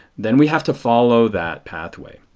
then we have to follow that pathway.